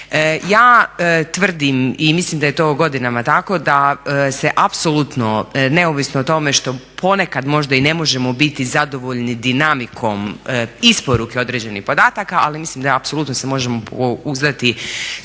Ja tvrdim i mislim da je to godinama tako, da se apsolutno neovisno o tome što ponekad možda i ne možemo biti zadovoljni dinamikom isporuke određenih podataka, ali mislim da apsolutno se možemo uzdati s